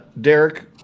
Derek